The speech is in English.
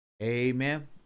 Amen